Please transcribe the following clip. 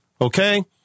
Okay